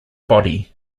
body